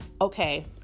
okay